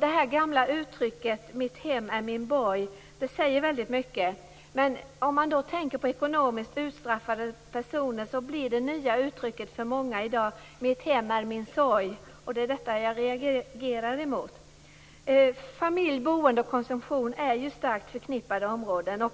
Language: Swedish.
Det gamla uttrycket "mitt hem är min borg" säger väldigt mycket. Med tanke på alla ekonomiskt utstraffade personer blir det nya uttrycket för många i dag "mitt hem är min sorg". Det är detta jag reagerar emot. Familj, boende och konsumtion är nära förknippade områden.